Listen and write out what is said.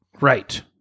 Right